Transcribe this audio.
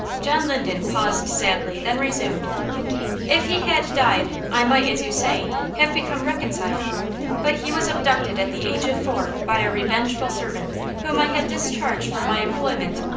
john linden paused sadly, then resumed if he had died, i might, as you say, have become reconciled but he was abducted at the age of four by a revengeful servant whom i had discharged from my employment.